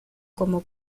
como